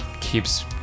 keeps